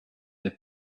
have